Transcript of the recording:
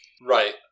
Right